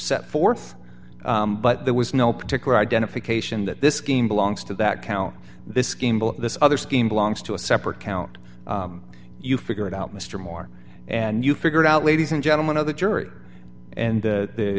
set forth but there was no particular identification that this scheme belongs to that count this scheme this other scheme belongs to a separate count you figure it out mr moore and you figure it out ladies and gentlemen of the jury and